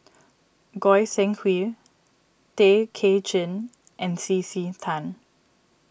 Goi Seng Hui Tay Kay Chin and C C Tan